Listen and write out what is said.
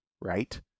right